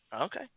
Okay